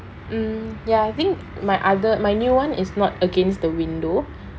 mm ya I think my other my new [one] is not against the window